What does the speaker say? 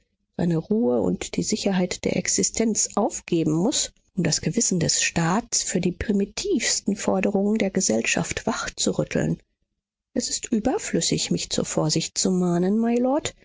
seine ruhe und die sicherheit der existenz aufgeben muß um das gewissen des staats für die primitivsten forderungen der gesellschaft wachzurütteln es ist überflüssig mich zur vorsicht zu mahnen mylord